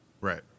Right